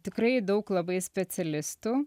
tikrai daug labai specialistų